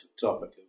topic